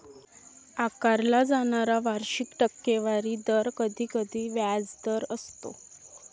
आकारला जाणारा वार्षिक टक्केवारी दर कधीकधी व्याजदर असतो